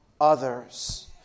others